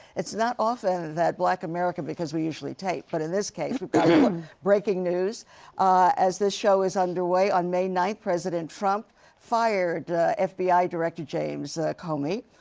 it's not often that black america because we usually tape but in this case we have breaking news as this show is under way. on may ninth, president trump fired ah fbi director james comey.